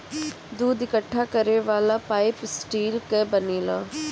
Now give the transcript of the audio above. दूध इकट्ठा करे वाला पाइप स्टील कअ बनेला